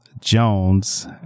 Jones